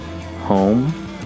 home